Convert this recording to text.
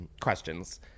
questions